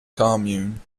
commune